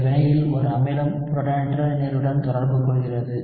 இந்த வினையில் ஒரு அமிலம் புரோட்டானேற்ற நீருடன் தொடர்பு கொள்கிறது